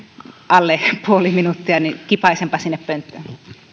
alle puoli minuuttia niin että kipaisenpa sinne pönttöön